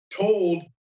told